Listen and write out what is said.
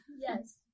yes